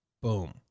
boom